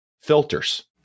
filters